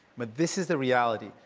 but this is the reality.